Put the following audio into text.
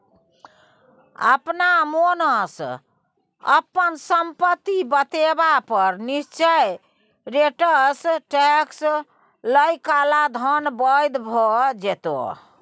अपना मोनसँ अपन संपत्ति बतेबा पर निश्चित रेटसँ टैक्स लए काला धन बैद्य भ जेतै